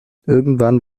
irgendwann